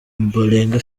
ombolenga